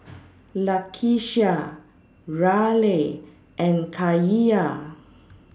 Lakeshia Raleigh and Kaia